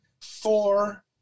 four